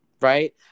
right